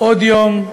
עוד יום,